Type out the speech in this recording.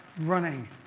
running